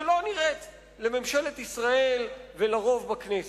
שלא נראית לממשלת ישראל ולרוב בכנסת.